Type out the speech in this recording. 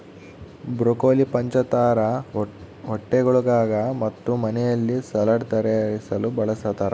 broccoli ಪಂಚತಾರಾ ಹೋಟೆಳ್ಗುಳಾಗ ಮತ್ತು ಮನೆಯಲ್ಲಿ ಸಲಾಡ್ ತಯಾರಿಸಲು ಬಳಸತಾರ